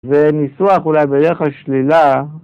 ‫וניסוח אולי ביחס שלילה.